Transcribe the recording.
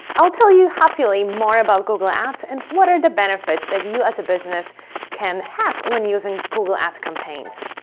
i'll tell you hopefully more about google ads and what are the benefits that you you as a business can have when using google ads campaigns.